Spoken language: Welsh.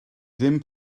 ddim